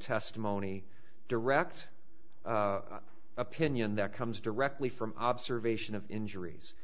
testimony direct opinion that comes directly from observation of injuries